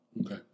okay